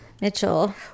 Mitchell